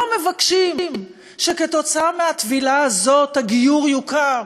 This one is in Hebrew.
לא מבקשים שכתוצאה מהטבילה הזאת הגיור יוכר.